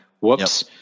whoops